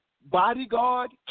bodyguard